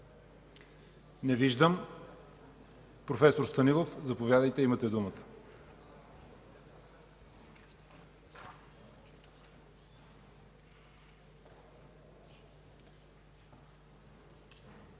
Не виждам. Професор Станилов, заповядайте, имате думата.